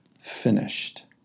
finished